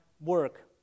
work